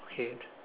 okay